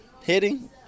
Hitting